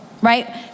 right